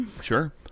Sure